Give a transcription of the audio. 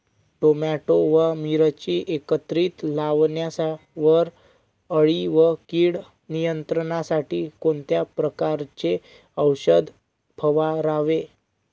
Tomato व मिरची एकत्रित लावल्यावर अळी व कीड नियंत्रणासाठी कोणत्या प्रकारचे औषध फवारावे?